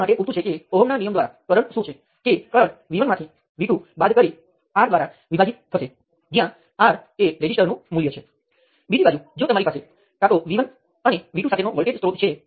હવે કારણ કે તમે બે નોડને સુપર નોડમાં જોડ્યા છે તમે એક સમીકરણ ગુમાવ્યું છે પરંતુ તમારી પાસે વોલ્ટેજ સ્ત્રોતની વ્યાખ્યા છે